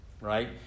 right